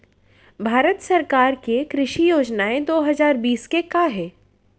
भारत सरकार के कृषि योजनाएं दो हजार बीस के का हे?